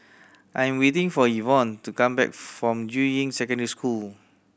I'm waiting for Ivonne to come back from Juying Secondary School